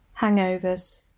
hangovers